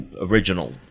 original